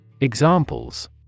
Examples